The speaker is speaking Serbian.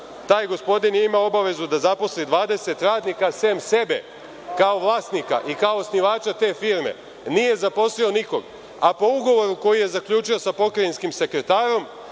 Taj gospodin ima obavezu da zaposli 20 radnika, osim sebe kao vlasnika i kao osnivača te firme nije zaposlio nikog, a po ugovoru koji je zaključio sa pokrajinskim sekretarom